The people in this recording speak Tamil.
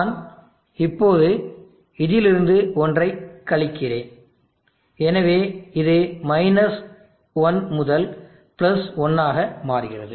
நான் இப்போது இதிலிருந்து ஒன்றைக் கழிக்கிறேன் எனவே இது 1 முதல் 1 ஆக மாறுகிறது